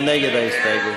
מי נגד ההסתייגות?